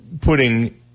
putting